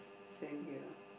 same here